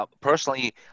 personally